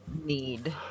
need